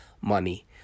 money